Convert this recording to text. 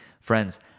Friends